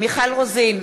מיכל רוזין,